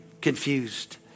confused